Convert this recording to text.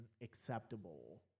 acceptable